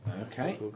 Okay